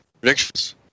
Predictions